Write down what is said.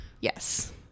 yes